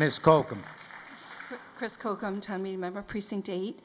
muskoka chris coke on time remember precinct eight